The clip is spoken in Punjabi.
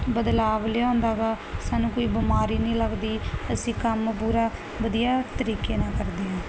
ਬਦਲਾਵ ਲਿਆਉਂਦਾ ਗਾ ਸਾਨੂੰ ਕੋਈ ਬਿਮਾਰੀ ਨਹੀਂ ਲੱਗਦੀ ਅਸੀਂ ਕੰਮ ਪੂਰਾ ਵਧੀਆ ਤਰੀਕੇ ਨਾਲ ਕਰਦੇ ਹਾਂ